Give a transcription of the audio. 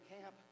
camp